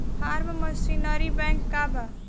Form machinery bank का बा?